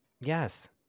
Yes